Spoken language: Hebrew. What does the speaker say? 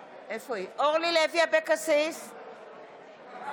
אשר מוביל את מדיניות המגוון הביולוגי והשטחים הפתוחים בישראל,